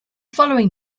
following